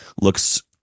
looks